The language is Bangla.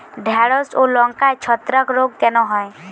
ঢ্যেড়স ও লঙ্কায় ছত্রাক রোগ কেন হয়?